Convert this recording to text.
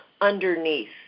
underneath